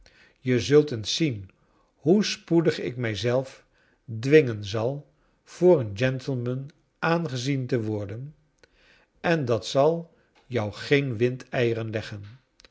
je zult eens zien hoe spoedig ik mij zelf dwingen zal voor een gentleman aangezien te worden en dat zal jou geen windeieren leggen